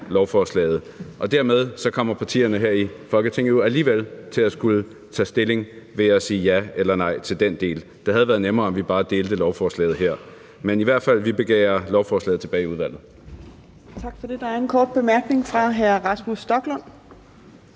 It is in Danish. lovforslaget. Dermed kommer partierne her i Folketinget alligevel til at skulle tage stilling ved at sige ja eller nej til den del. Det havde været nemmere, at vi bare delte lovforslaget. Men vi begærer i hvert fald lovforslaget tilbage i udvalget. Kl. 15:20 Fjerde næstformand (Trine Torp): Tak for det. Der er en kort bemærkning fra hr. Rasmus Stoklund,